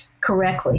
correctly